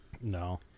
No